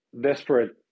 desperate